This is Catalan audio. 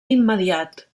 immediat